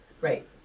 Right